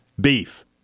beef